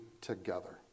together